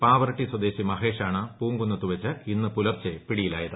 പാവറട്ടി സ്വദേശി മഹേഷാണ് പൂങ്കുന്നത്തുവെച്ച് ഇന്ന് പുലർച്ചെ പിടിയിലായത്